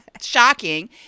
shocking